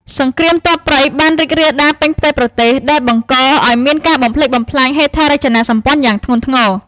សង្គ្រាមទ័ពព្រៃបានរីករាលដាលពេញផ្ទៃប្រទេស ដែលបង្កឱ្យមានការបំផ្លិចបំផ្លាញហេដ្ឋារចនាសម្ព័ន្ធយ៉ាងធ្ងន់ធ្ងរ។